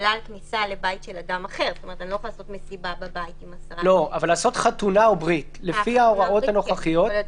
כשחולה נמצא במצב קשה צריך לטפל בכל הסימפטומים בצורה נקודתית,